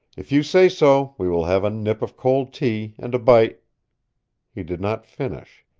if you say so we will have a nip of cold tea and a bite he did not finish.